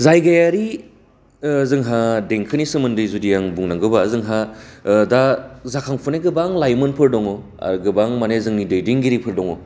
जायगायारि जोंहा देंखोनि सोमोन्दै जुदि आं बुंनांगौबा जोंहा दा जाखांफुनायफोर बा लाइमोनफोर दं गोबां माने जोंनि दैदेनगिरिफोर दं